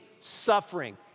suffering